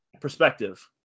perspective